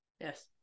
Yes